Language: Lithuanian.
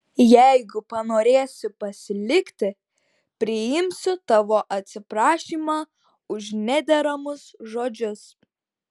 jeigu panorėsi pasilikti priimsiu tavo atsiprašymą už nederamus žodžius